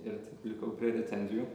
ir likau prie recenzijų